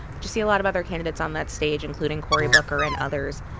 but you see a lot of other candidates on that stage, including cory booker and others,